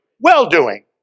well-doing